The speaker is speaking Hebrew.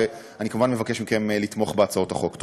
ואני כמובן מבקש מכם לתמוך בהצעות החוק.